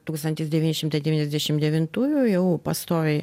tūkstantis devyni šimtai devyniasdešim devintųjų jau pastoviai